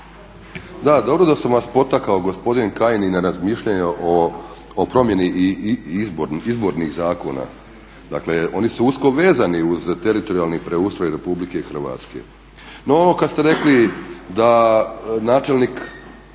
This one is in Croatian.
Da, dobro da sam vas potakao gospodine Kajin i na razmišljanje o promjeni izbornih zakona, dakle oni su usko vezani uz teritorijalni preustroj Republike Hrvatske. No ono kad ste rekli da načelnik